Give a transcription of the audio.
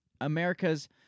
America's